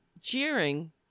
cheering